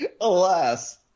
alas